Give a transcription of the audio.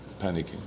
panicking